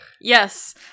Yes